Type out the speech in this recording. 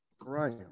right